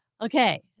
Okay